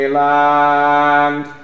land